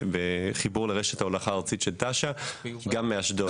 בחיבור לרשת ההולכה הארצית של תש"ן גם מאשדוד.